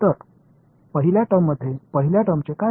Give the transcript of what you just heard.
இது 0 முதல் h வரை நிலையாக ஒருங்கிணைக்கும்